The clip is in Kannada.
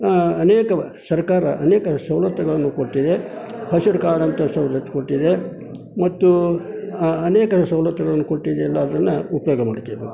ಅನೇಕ ಸರಕಾರ ಅನೇಕ ಸವಲತ್ತುಗಳನ್ನು ಕೊಟ್ಟಿದೆ ಹಸಿರು ಕಾರ್ಡಂತ ಸೌಲತ್ತು ಕೊಟ್ಟಿದೆ ಮತ್ತು ಅನೇಕ ಸವಲತ್ತುಗಳನ್ನ ಕೊಟ್ಟಿದೆ ಅಲ್ಲ ಅದನ್ನು ಉಪಯೋಗ ಮಾಡ್ಕೋಬೇಕು